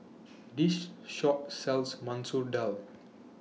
This Shop sells Masoor Dal